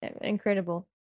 Incredible